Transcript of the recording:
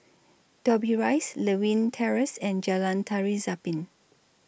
Dobbie Rise Lewin Terrace and Jalan Tari Zapin